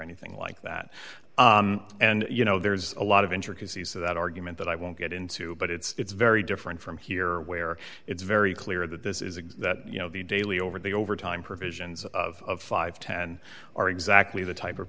anything like that and you know there's a lot of intricacies to that argument that i won't get into but it's very different from here where it's very clear that this is that you know the daily over the overtime provision as of five hundred and ten or exactly the type of